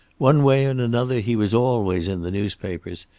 one way and another he was always in the newspapers,